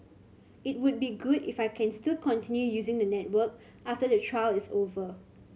it would be good if I can still continue using the network after the trial is over